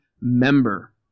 member